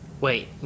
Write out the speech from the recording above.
Wait